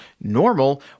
normal